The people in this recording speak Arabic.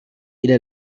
إلى